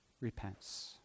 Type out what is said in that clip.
repents